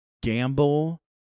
gamble